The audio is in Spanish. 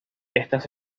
estas